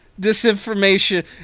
disinformation